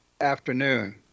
afternoon